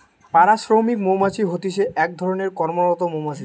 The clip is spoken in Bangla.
পাড়া শ্রমিক মৌমাছি হতিছে এক ধরণের কর্মরত মৌমাছি